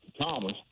Thomas